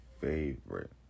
favorite